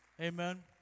Amen